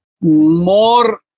more